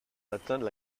d’atteindre